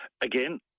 again